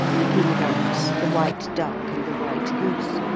the peacocks, the white duck and the white goose,